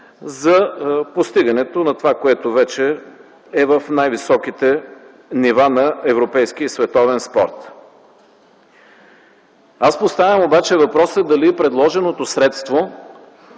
за постигането на това, което вече е в най-високите нива на европейския световен спорт. Поставям обаче въпроса дали предложеното средство